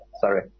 sorry